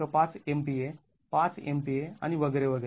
५ MPa ५ MPa आणि वगैरे वगैरे